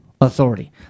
authority